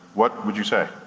what would you say?